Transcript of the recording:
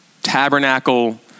tabernacle